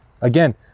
Again